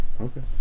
Okay